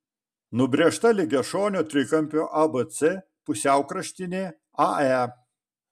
nubrėžta lygiašonio trikampio abc pusiaukraštinė ae